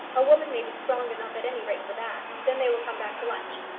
a woman may be strong enough at any rate for that. then they will come back to lunch.